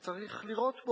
צריך לירות בו,